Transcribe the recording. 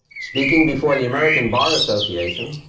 speaking before the american bar association,